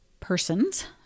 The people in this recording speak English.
persons